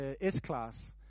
S-Class